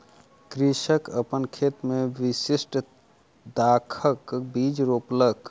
कृषक अपन खेत मे विशिष्ठ दाखक बीज रोपलक